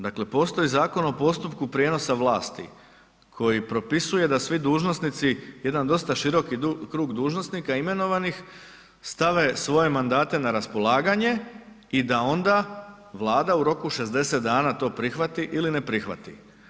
Dakle, postoji Zakon o postupku prijenosa vlasti koji propisuje da svi dužnosnici, jedan dosta široki krug dužnosnika, imenovanih, stave svoje mandate na raspolaganje i da onda Vlada u roku 60 dana to prihvati ili ne prihvati.